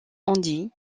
andy